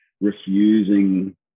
refusing